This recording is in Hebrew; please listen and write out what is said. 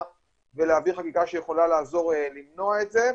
ולהעביר חקיקה שיכולה לעזור למנוע את זה.